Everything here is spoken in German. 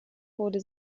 wurde